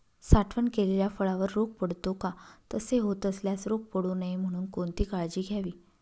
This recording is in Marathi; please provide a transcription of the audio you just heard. साठवण केलेल्या फळावर रोग पडतो का? तसे होत असल्यास रोग पडू नये म्हणून कोणती काळजी घ्यावी?